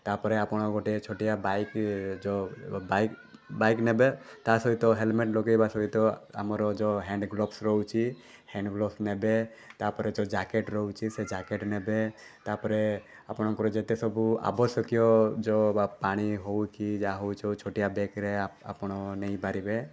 ତା'ପରେ ଆପଣ ଗୋଟେ ଛୋଟିଆ ବାଇକ୍ ଯେଉଁ ବାଇକ୍ ବାଇକ୍ ନେବେ ତା' ସହିତ ହେଲମେଟ୍ ଲଗାଇବା ସହିତ ଆମର ଯେଉଁ ହ୍ୟାଣ୍ଡ୍ ଗ୍ଲୋଭସ୍ ରହୁଛି ହ୍ୟାଣ୍ଡ୍ ଗ୍ଲୋବସ୍ ବସ୍ ନେବେ ତା'ପରେ ଯେଉଁ ଜ୍ୟାକେଟ୍ ରହୁଛି ଜ୍ୟାକେଟ୍ ନେବେ ତା'ପରେ ଆପଣଙ୍କର ଯେତେ ସବୁ ଆବଶ୍ୟକୀୟ ଯେଉଁ ବା ପାଣି ହେଉକି ଯାହା ହେଉଛି ହେଉ ଛୋଟିଆ ବ୍ୟାଗ୍ରେ ଆପ ଆପଣ ନେଇପାରିବେ